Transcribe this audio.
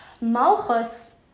Malchus